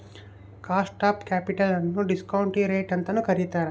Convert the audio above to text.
cost of capital ನ್ನು discount rate ಅಂತನು ಕರಿತಾರೆ